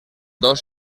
dos